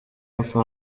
bapfa